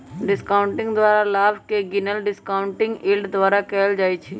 discounting द्वारा लाभ के गिनल डिस्काउंटिंग यील्ड द्वारा कएल जाइ छइ